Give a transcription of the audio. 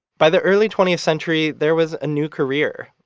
by the early twentieth century there was a new career,